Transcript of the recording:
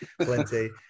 plenty